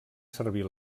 servir